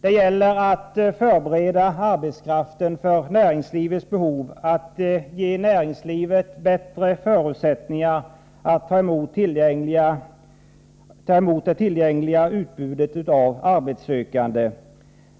Det gäller att förbereda arbetskraften för näringslivets behov. Härigenom får näringslivet naturligtvis bättre förutsättningar att ta emot det tillgängliga utbudet av arbetssökande.